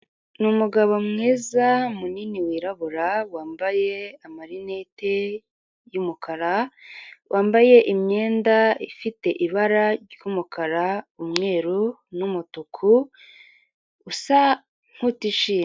Ni umugabo mwiza, munini wirabura, wambaye amarinete y'umukara, wambaye imyenda ifite ibara ry'umukara, umweru n'umutuku, usa ni utishimye.